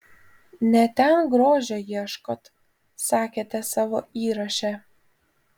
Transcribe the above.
ne ten grožio ieškot sakėte savo įraše